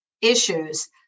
issues